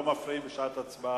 שלצערי מצב מערכת החינוך, כפי שמצאתי